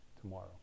tomorrow